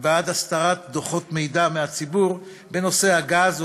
ועד הסתרת דוחות מידע בנושא הגז מהציבור,